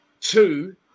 Two